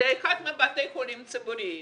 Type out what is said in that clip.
לאחד מבתי החולים הציבוריים